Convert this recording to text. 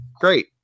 great